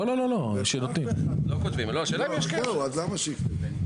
לא, לא --- אז למה שיכתבו.